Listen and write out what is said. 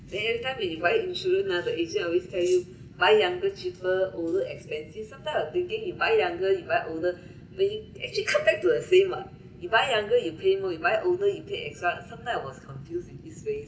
then every time when you buying insurance ah the agents always tell you buy younger cheaper older expensive sometime I'm thinking you buy younger you buy older it actually come back to the same lah you buy younger you pay more you buy older you pay extra sometime I was confuse in this phase